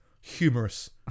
humorous